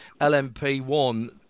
LMP1